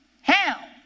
Hell